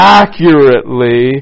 accurately